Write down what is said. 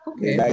Okay